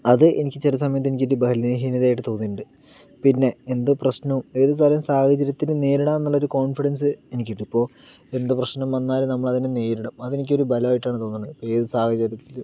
അത് എനിക്ക് ചില സമയത്ത് എനിക്ക് ഒരു ബലഹീനത ആയിട്ട് തോന്നിയിട്ടുണ്ട് പിന്നെ എന്ത് പ്രശ്നവും ഏതു തരം സാഹചര്യത്തിലും നേരിടാം എന്നുള്ളൊരു കോൺഫിഡൻസ് എനിക്ക് ഉണ്ട് ഇപ്പോൾ എന്ത് പ്രശ്നം വന്നാലും നമ്മൾ അതിനെ നേരിടും അത് എനിക്കൊരു ബലം ആയിട്ട് ആണ് തോന്നണേ ഏതു സാഹചര്യത്തിലും